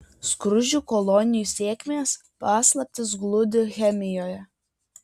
skruzdžių kolonijų sėkmės paslaptis glūdi chemijoje